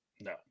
No